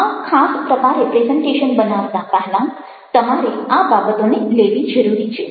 આ ખાસ પ્રકારે પ્રેઝન્ટેશન બનાવતા પહેલાં તમારે આ બાબતોને લેવી જરૂરી છે